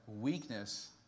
weakness